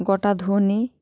গোটা ধনে